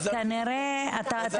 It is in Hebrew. לב